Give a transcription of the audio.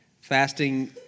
fasting